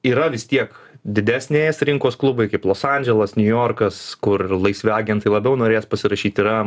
yra vis tiek didesnės rinkos klubai kaip los andželas niujorkas kur laisvi agentai labiau norės pasirašyt yra